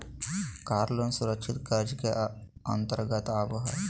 कार loan सुरक्षित कर्ज के अंतर्गत आबो हय